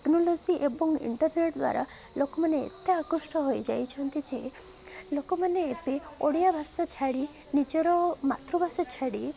technology ଏବଂ internet ଦ୍ୱାରା ଲୋକମାନେ ଏତେ ଆକୃଷ୍ଟ ହୋଇଯାଇଛନ୍ତି ଯେ ଲୋକମାନେ ଏବେ ଓଡ଼ିଆ ଭାଷା ଛାଡ଼ି ନିଜର ମାତୃଭାଷା ଛାଡ଼ି